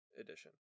edition